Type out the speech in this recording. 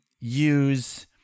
use